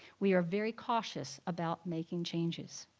we are very cautious about making changes.